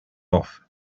off